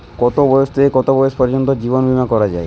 কতো বয়স থেকে কত বয়স পর্যন্ত জীবন বিমা করা যায়?